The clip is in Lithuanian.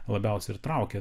labiausiai ir traukė